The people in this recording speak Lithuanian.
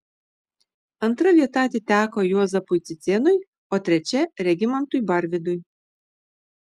antra vieta atiteko juozapui cicėnui o trečia regimantui barvydui